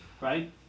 right